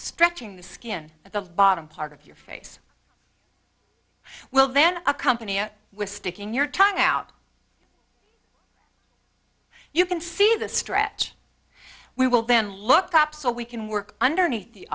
stretching the skin at the bottom part of your face well then accompany it with sticking your tongue out you can see the stretch we will then look up so we can work underneath the